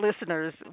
listeners